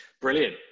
Brilliant